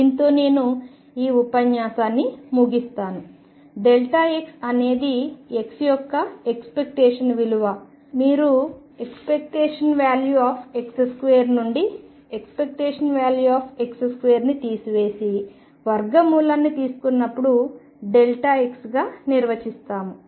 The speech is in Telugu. దీనితో నేను ఈ ఉపన్యాసాన్ని ముగిస్తాను x అనేది x యొక్క ఎక్స్పెక్టేషన్ విలువ మీరు ⟨x2⟩ నుండి ⟨x⟩2 ని తీసివేసి వర్గమూలాన్ని తీసుకున్నప్పుడు x గా నిర్వచిస్తాము